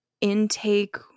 intake